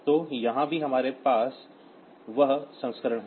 तो यहाँ भी हमारे पास वह संस्करण है